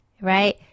right